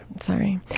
sorry